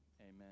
Amen